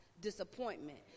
disappointment